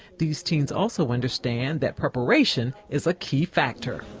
these teens also understand that preparation is a key factor.